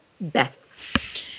Beth